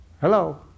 Hello